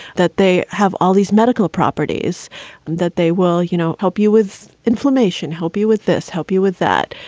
that they have all these medical properties that they will, you know, help you with inflammation, help you with this, help you with that.